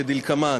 כדלקמן: